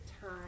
time